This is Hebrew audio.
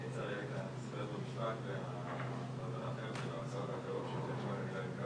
אני חושבת שזה לא טוב לאף אוכלוסייה בישראל,